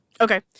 Okay